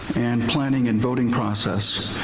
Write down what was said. and planning and voting process,